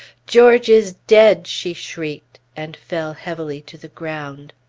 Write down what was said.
george is dead! she shrieked, and fell heavily to the ground.